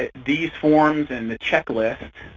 ah these forms and the checklists,